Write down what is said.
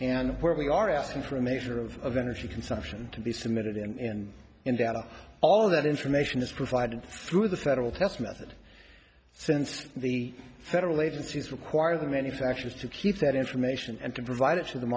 and where we are asking for a measure of energy consumption to be submitted in and out of all that information is provided through the federal test method since the federal agencies require the manufacturers to keep that information and to provide it to them